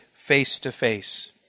face-to-face